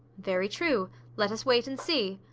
very true let us wait and see.